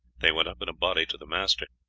they went up in a body to the master.